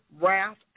wrath